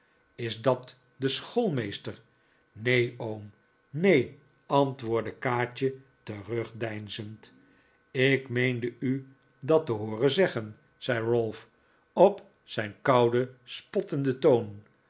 is dat de schoolmeester neen oom neen antwoordde kaatje terugdeinzend ik meende u dat te hooren zeggen zei ralph op zijn kouden spottenden toon